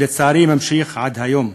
ולצערי ממשיך עד היום.